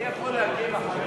אני יכול להגיב אחרי זה?